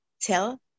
tell